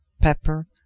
pepper